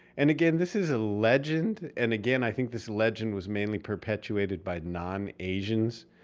and again, this is a legend. and again, i think this legend was mainly perpetuated by non-asians.